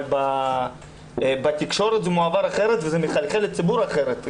אבל בתקשורת זה מועבר אחרת וזה מחלחל לציבור אחרת.